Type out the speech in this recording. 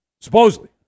supposedly